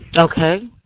Okay